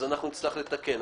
אנחנו נצטרך לתקן.